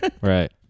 Right